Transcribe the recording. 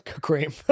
cream